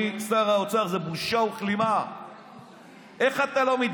אתה לא יודע מה כתוב שם, אפילו.